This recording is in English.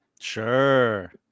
Sure